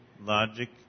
logic